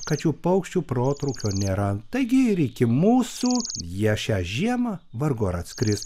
kad šių paukščių protrūkio nėra taigi ir iki mūsų jie šią žiemą vargu ar atskris